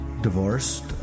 divorced